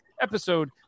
episode